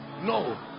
no